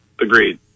Agreed